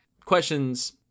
Questions